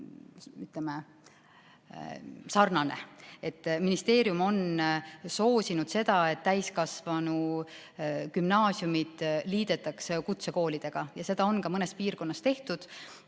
väga sarnased. Ministeerium on soosinud seda, et täiskasvanute gümnaasiumid liidetaks kutsekoolidega, ja seda on ka mõnes piirkonnas tehtud.